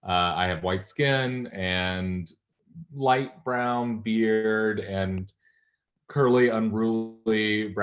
i have white skin and light-brown beard and curly, unruly hair.